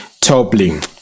toppling